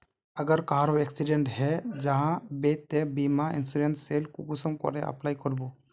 अगर कहारो एक्सीडेंट है जाहा बे तो बीमा इंश्योरेंस सेल कुंसम करे अप्लाई कर बो?